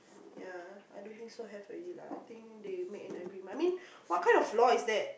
yeah I don't think so have already lah I think they made an agreement I mean what kind of law is that